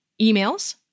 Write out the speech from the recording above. emails